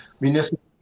municipal